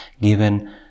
given